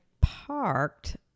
parked